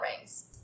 rings